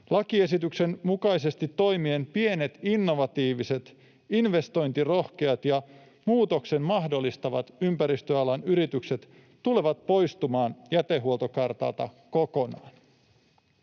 Lakiesityksen mukaisesti toimien pienet innovatiiviset, investointirohkeat ja muutoksen mahdollistavat ympäristöalan yritykset tulevat poistumaan jätehuoltokartalta kokonaan.